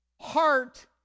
heart